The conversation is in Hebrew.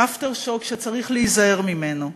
"אפטר שוק", שצריך להיזהר ממנה.